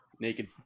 Naked